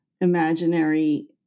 imaginary